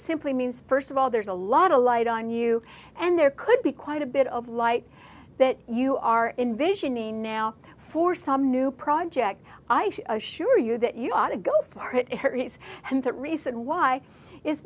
simply means first of all there's a lot of light on you and there could be quite a bit of light that you are in vision in now for some new project i assure you that you ought to go for it and the reason why is